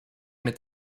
mit